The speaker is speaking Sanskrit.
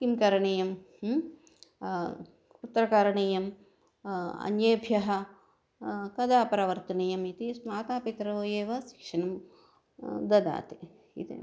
किं करणीयं कुत्र करणीयम् अन्येभ्यः कदा प्रवर्तनीयम् इति मातापितरौ एव शिक्षणं ददतः इति